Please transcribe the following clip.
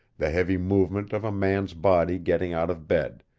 the heavy movement of a man's body getting out of bed,